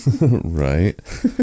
Right